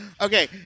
Okay